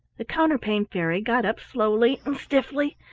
the counterpane fairy got up slowly and stiffly,